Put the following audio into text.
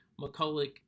McCulloch